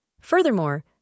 Furthermore